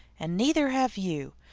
and neither have you,